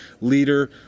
leader